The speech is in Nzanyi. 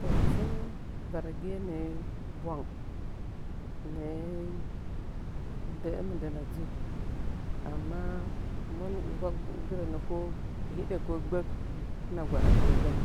To sən varagiya nəə bwang nəə də mɨndəna dzu amma ngwa nggiranə kohidə ko gbək hɨng gwadɨ akɨrəgən